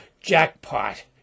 jackpot